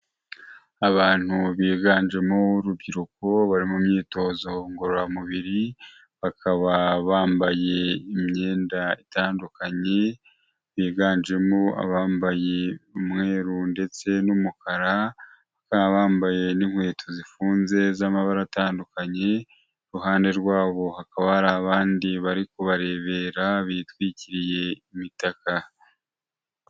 Abantu biganjemo urubyiruko bari mu myitozo ngororamubiri, bakaba bambaye imyenda itandukanye, biganjemo abambaye umweru ndetse n'umukara, bakaba bambaye n'inkweto zifunze z'amabara atandukanye, iruhande rwabo hakaba hari abandi bari kubarebera bitwikiriye imitakaka.